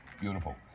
beautiful